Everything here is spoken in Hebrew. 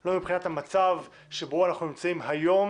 לא מבחינת המצב שבו אנחנו נמצאים היום,